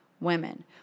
women